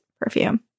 perfume